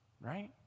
right